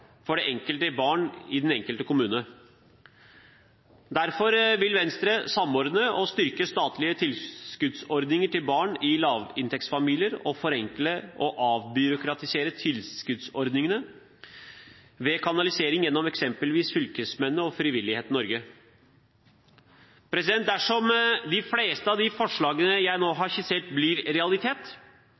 for det enkelte barn i den enkelte kommune. Derfor vil Venstre samordne og styrke statlige tilskuddsordninger til barn i lavinntektsfamilier og forenkle og avbyråkratisere tilskuddsordningene ved kanalisering gjennom eksempelvis fylkesmennene og Frivillighet Norge. Dersom de fleste av de forslagene jeg nå har skissert, blir en realitet,